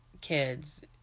kids